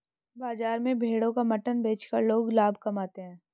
बाजार में भेड़ों का मटन बेचकर लोग लाभ कमाते है